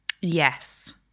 Yes